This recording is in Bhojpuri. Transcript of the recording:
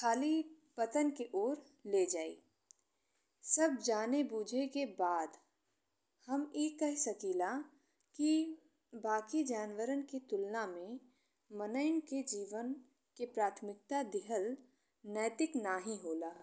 खाली पतन के ओर ले जाई। सब जने बूझे के बाद हम ए कहीं सकिला कि बाकि जानवरन के तुलना में मनइन के जीवन के प्राथमिकता दिहल नैतिक नइखे होला।